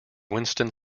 winston